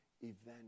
event